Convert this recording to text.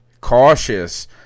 cautious